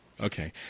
Okay